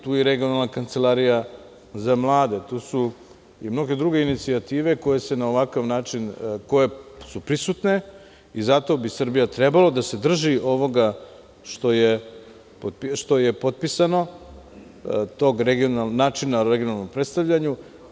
Tu je i Regionalna kancelarija za mlade, tu su i mnoge druge inicijative koje su prisutne i zato bi Srbija trebalo da se drži ovoga što je potpisano, tog načina o regionalnom predstavljanju.